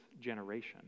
generation